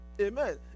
Amen